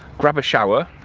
grab a shower.